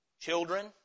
children